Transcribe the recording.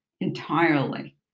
entirely